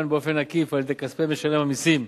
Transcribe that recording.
באופן עקיף על-ידי כספי משלם המסים,